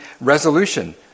resolution